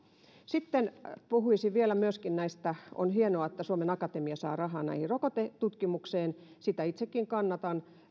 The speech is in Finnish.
sitten puhuisin vielä myöskin siitä että on hienoa että suomen akatemia saa rahaa rokotetutkimukseen sitä itsekin kannatan ja se